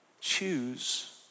Choose